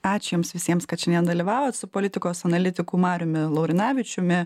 ačiū jums visiems kad šiandien dalyvavot su politikos analitiku mariumi laurinavičiumi